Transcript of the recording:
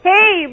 Hey